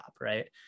right